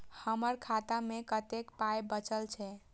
हमर खाता मे कतैक पाय बचल छै